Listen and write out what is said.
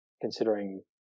considering